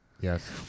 Yes